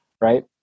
Right